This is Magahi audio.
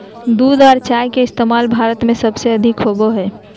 दूध आर चाय के इस्तमाल भारत में सबसे अधिक होवो हय